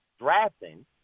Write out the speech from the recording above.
drafting